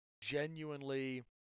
genuinely